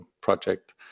project